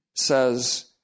says